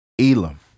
Elam